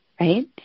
right